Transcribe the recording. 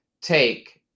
take